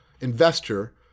investor